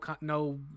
no